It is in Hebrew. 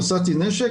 נשאתי נשק,